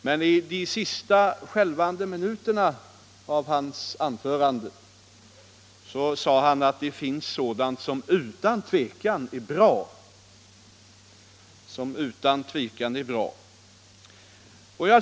Men i de sista skälvande minuterna av hans anörande sade han att det finns sådant som utan tvivel är bra.